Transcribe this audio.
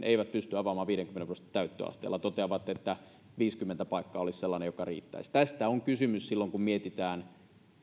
eivät pysty avaamaan viidenkymmenen prosentin täyttöasteella ja toteavat että viisikymmentä paikkaa olisi sellainen joka riittäisi tästä on kysymys silloin kun mietitään